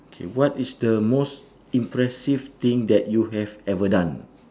K what is the most impressive thing that you have ever done